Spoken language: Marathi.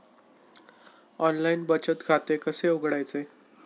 ऑनलाइन बचत खाते कसे उघडायचे?